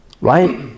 right